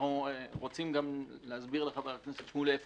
אנחנו רוצים להסביר לחבר הכנסת שמולי איפה